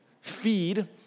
feed